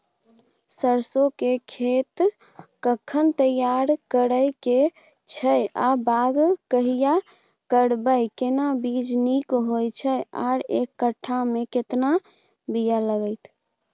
सरसो के खेत कखन तैयार करै के छै आ बाग कहिया करबै, केना बीज नीक होय छै आर एक कट्ठा मे केतना बीया लागतै?